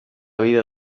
vida